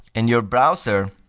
and your browser,